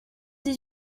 dix